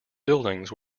buildings